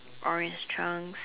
orange trunks